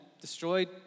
Destroyed